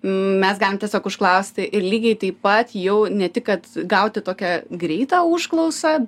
mes galim tiesiog užklausti ir lygiai taip pat jau ne tik kad gauti tokią greitą užklausą